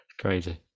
Crazy